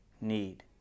need